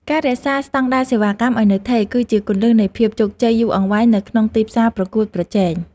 ការរក្សាស្តង់ដារសេវាកម្មឱ្យនៅថេរ គឺជាគន្លឹះនៃភាពជោគជ័យយូរអង្វែងនៅក្នុងទីផ្សារប្រកួតប្រជែង។